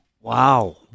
Wow